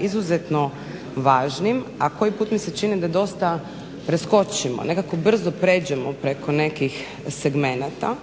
izuzetno važnim a koji put mi se čini da dosta preskočimo, nekako brzo pređemo preko nekih segmenata.